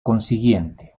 consiguiente